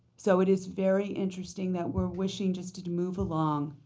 so it is very interesting that we're wishing just to move along